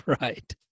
right